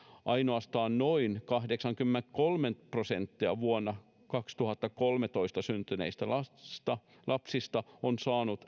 ainoastaan noin kahdeksankymmentäkolme prosenttia vuonna kaksituhattakolmetoista syntyneistä lapsista lapsista on saanut